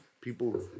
People